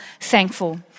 thankful